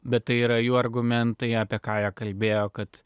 bet tai yra jų argumentai apie ką jie kalbėjo kad